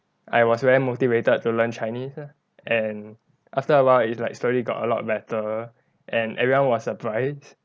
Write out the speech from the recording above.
I was very motivated to learn chinese lah and after a while is like slowly got a lot better and everyone was surprised